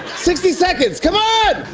sixty seconds. come on!